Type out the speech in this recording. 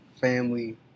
family